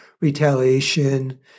retaliation